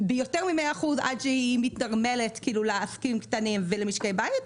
מ-100% עד שהיא מתנרמלת לעסקים קטנים ולמשקי בית,